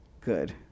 good